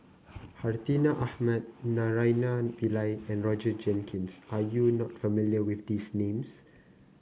Hartinah Ahmad Naraina Pillai and Roger Jenkins are you not familiar with these names